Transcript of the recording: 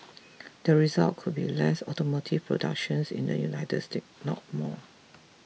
the result could be less automotive productions in the United States not more